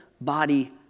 body